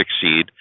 succeed